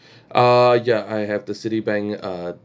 uh ya I have the citibank uh